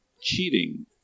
cheating